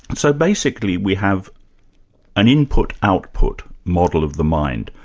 so basically we have an input-output model of the mind.